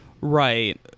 Right